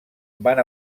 van